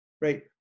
right